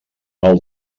mal